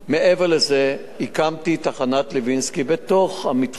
מעבר לזה, הקמתי תחנת לוינסקי בתוך המתחם.